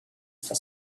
for